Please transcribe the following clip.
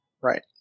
Right